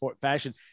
fashion